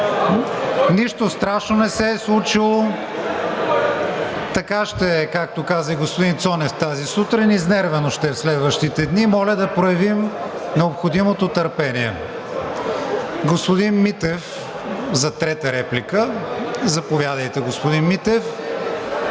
Нищо страшно не се е случило. Така ще е – както каза и господин Цонев тази сутрин, изнервено ще е в следващите дни. Моля да проявим необходимото търпение. Господин Митев – за трета реплика. Заповядайте, господин Митев.